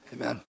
amen